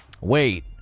Wait